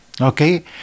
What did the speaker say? okay